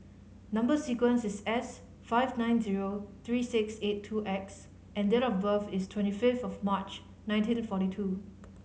number sequence is S five nine zero three six eight two X and date of birth is twenty fifth of March nineteen forty two